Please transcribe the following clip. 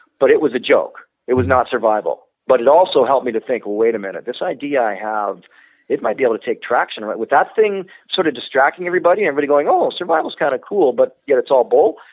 but it was a joke. it was not survival but it also helped me to think, wait a minute, this idea i have it might be able to take traction, but with that thing sort of distracting everybody, and everybody going, oh! survival is kind of cool, but yet it's all bull,